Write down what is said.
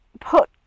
put